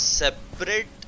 separate